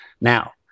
Now